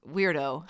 Weirdo